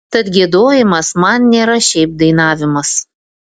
tad giedojimas man nėra šiaip dainavimas